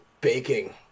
baking